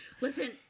Listen